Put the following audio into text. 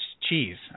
cheese